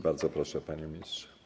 Bardzo proszę, panie ministrze.